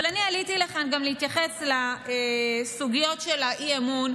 אבל אני עליתי לכאן גם להתייחס לסוגיות של האי-אמון,